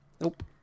Nope